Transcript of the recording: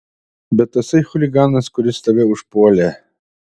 bet tasai chuliganas kuris tave užpuolė